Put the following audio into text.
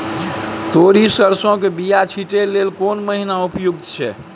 तोरी, सरसो के बीया छींटै लेल केना महीना उपयुक्त छै?